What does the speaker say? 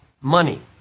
money